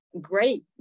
great